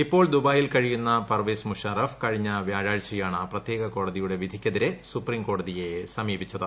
ഇപ്പോൾ ദുബായിയിൽ കഴിയുന്ന പർവേസ് മുഷാറഫ് കഴിഞ്ഞ വ്യാഴാഴ്ചയാണ് പ്രത്യേക കോടതിയുടെ വിധിക്കെതിരെ സുപ്രീം കോടതിയെ സമീപിച്ചത്